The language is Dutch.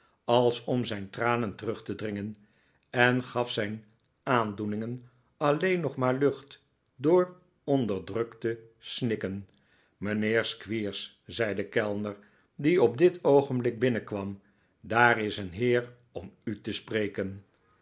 als om zijn tranen terug te dringen en gaf zijn aandoeningen alleen nog maar lucht door onderdrukte snikken mijnheer squeers zei een kellner die op dit oogenblik binnenkwam daar is een heer om u te spreken